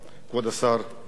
יושב-ראש האופוזיציה,